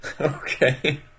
Okay